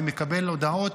אני מקבל הודעות.